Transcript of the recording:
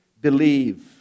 believe